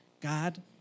God